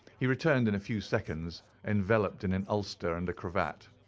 he returned in a few seconds enveloped in an ulster and a cravat.